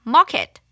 Market